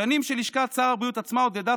השנים שלשכת שר הבריאות עצמה עוד ידעה